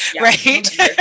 right